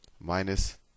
minus